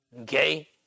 Okay